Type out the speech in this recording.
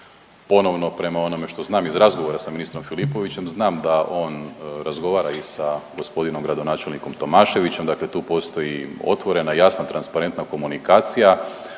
ponovno prema onome što znam iz razgovora sa ministrom Filipovićem znam da on razgovara i sa g. gradonačelnikom Tomaševićem, dakle tu postoji otvorena jasna, transparentna komunikacija.